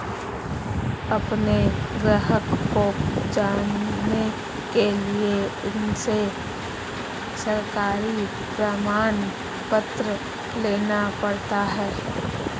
अपने ग्राहक को जानने के लिए उनसे सरकारी प्रमाण पत्र लेना पड़ता है